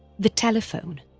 the telephone